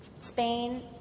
Spain